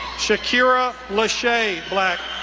shakiera lashay black,